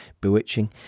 bewitching